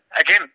Again